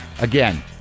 Again